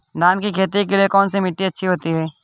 धान की खेती के लिए कौनसी मिट्टी अच्छी होती है?